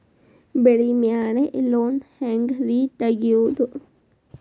ಬೆಳಿ ಮ್ಯಾಲೆ ಲೋನ್ ಹ್ಯಾಂಗ್ ರಿ ತೆಗಿಯೋದ?